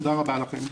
תודה רבה לכם.